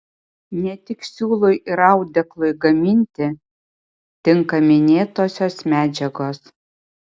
ne tik siūlui ir audeklui gaminti tinka minėtosios medžiagos